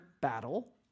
battle